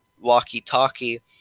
walkie-talkie